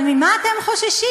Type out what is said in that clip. אבל ממה אתם חוששים?